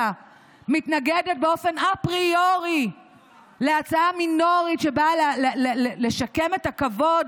מתנגדת באופן אפריורי להצעה מינורית שבאה לשקם את הכבוד